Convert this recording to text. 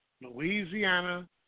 Louisiana